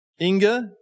Inga